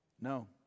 No